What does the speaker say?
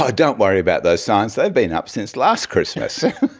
ah don't worry about those signs, they've been up since last christmas.